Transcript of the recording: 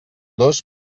dos